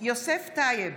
יוסף טייב,